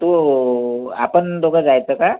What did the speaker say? तू आपण दोघं जायचं का